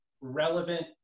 relevant